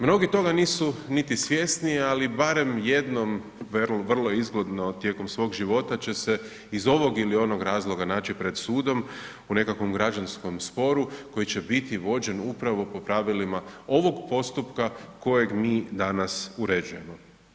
Mnogi toga nisu niti svjesni ali barem jednom vrlo izgodno tijekom svog života će se iz ovog ili onog razloga naći pred sudom u nekakvom građanskom sporu koji će biti vođen upravo po pravilima ovog postupka kojeg mi danas uređujemo.